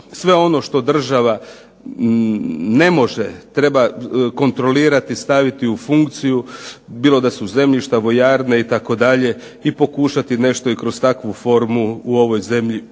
sve ono što država ne može, treba kontrolirati staviti u funkciju bilo da su zemljišta, vojarne itd. i pokušati nešto i kroz takvu formu u ovoj zemlji